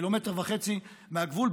קילומטר וחצי מהגבול,